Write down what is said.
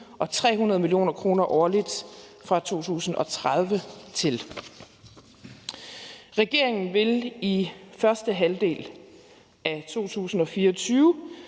og 300 mio. kr. årligt fra 2030. Regeringen vil i første halvdel af 2024